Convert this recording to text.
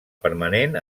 permanent